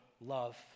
love